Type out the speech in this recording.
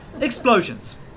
Explosions